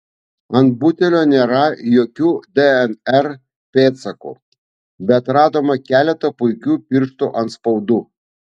ant butelio nėra jokių dnr pėdsakų bet radome keletą puikių pirštų atspaudų